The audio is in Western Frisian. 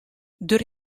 der